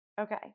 okay